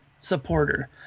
supporter